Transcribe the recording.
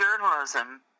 journalism